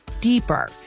deeper